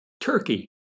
Turkey